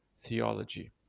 theology